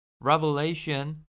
Revelation